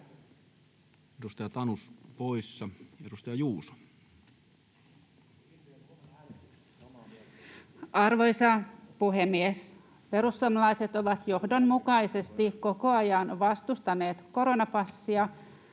muuttamisesta Time: 16:14 Content: Arvoisa puhemies! Perussuomalaiset ovat johdonmukaisesti koko ajan vastustaneet koronapassia